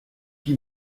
qui